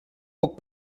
poc